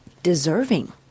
deserving